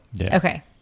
okay